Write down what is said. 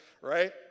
right